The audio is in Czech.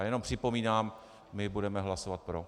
A jenom připomínám, my budeme hlasovat pro.